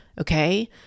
Okay